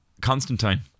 Constantine